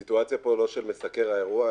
אני בסיטואציה לא של מסקר האירוע,